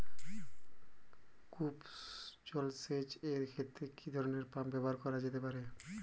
কূপ জলসেচ এর ক্ষেত্রে কি ধরনের পাম্প ব্যবহার করা যেতে পারে?